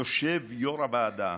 יושב יו"ר הוועדה,